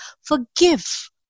forgive